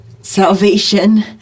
salvation